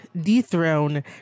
dethrone